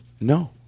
No